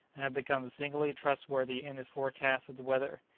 and had become singularly trustworthy in his forecasts of the weather.